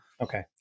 Okay